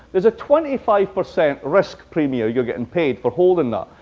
there's a twenty five percent risk premium you're getting paid for holding that.